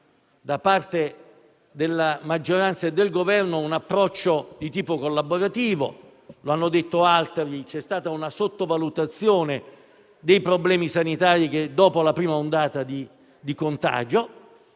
da parte della maggioranza e del Governo un approccio di tipo collaborativo. Come hanno detto altri colleghi, c'è stata una sottovalutazione dei problemi sanitari dopo la prima ondata di contagio.